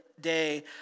day